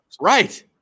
Right